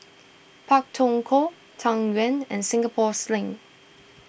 Pak Thong Ko Tang Yuen and Singapore Sling